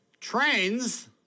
trains